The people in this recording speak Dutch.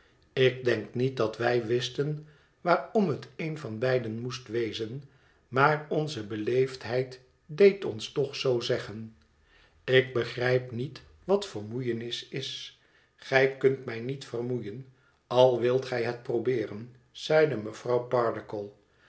ik denk niet dat wij wisten waarom het een van beiden moest wezen maar onze beleefdheid deed ons toch zoo zeggen ik begrijp niet wat vermoeienis is gij kunt mij niet vermoeien al wilt gij het proboeren zeide mevrouw pardiggle